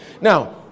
Now